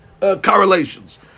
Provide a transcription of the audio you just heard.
correlations